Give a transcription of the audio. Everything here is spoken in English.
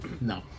No